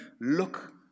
look